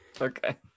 Okay